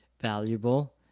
valuable